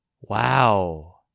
Wow